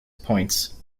points